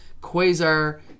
Quasar